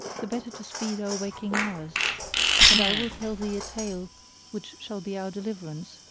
the better to speed our waking hours and i will tell thee a tale which shall be our deliverance,